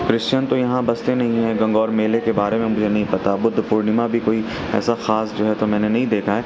Christian تو یہاں بستے نہیں ہیں گنگور میلے کے بارے میں مجھے نہیں پتا بدھ پورنیما بھی کوئی ایسا خاص جو ہے تو میں نے نہیں دیکھا ہے